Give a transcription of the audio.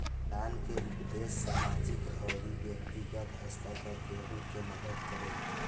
दान के उपदेस सामाजिक अउरी बैक्तिगत स्तर पर केहु के मदद करेला